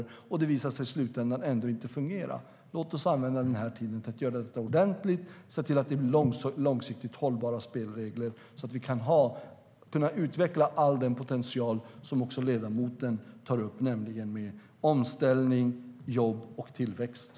I slutändan visar det sig ändå inte fungera.